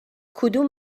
کدوم